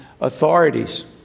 authorities